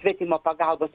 švietimo pagalbos